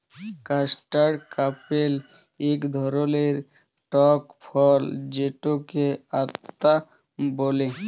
custard apple ইক ধরলের টক ফল যেটকে আতা ব্যলে